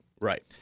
Right